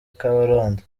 kabarondo